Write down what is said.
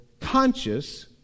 conscious